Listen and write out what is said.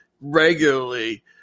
regularly